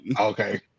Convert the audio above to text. Okay